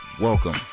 welcome